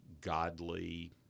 godly